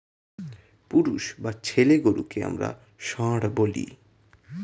পুরুষ বা ছেলে গরুকে আমরা ষাঁড় বলি